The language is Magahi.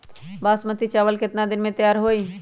बासमती चावल केतना दिन में तयार होई?